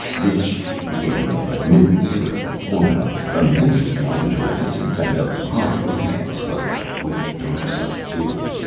this should be the beginning of a new era, one of immensely widened horizons, and of high romance but with a dark side, too.